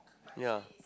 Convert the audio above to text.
ya